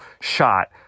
shot